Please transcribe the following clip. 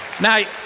Now